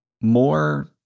more